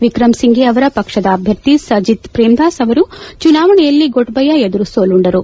ವಿಕ್ರಮ್ ಸಿಂಫೆ ಅವರ ಪಕ್ಷದ ಅಭ್ಯರ್ಥಿ ಸಜಿತ್ ಪ್ರೇಮದಾಸ್ ಅವರು ಚುನಾವಣೆಯಲ್ಲಿ ಗೊಟಬಯ ಎದುರು ಸೋಲುಂಡರು